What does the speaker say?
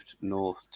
North